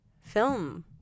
film